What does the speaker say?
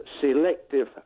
selective